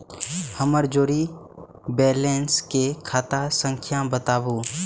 हमर zero balance के खाता संख्या बतबु?